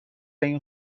این